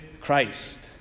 Christ